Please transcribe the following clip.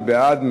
מי בעד?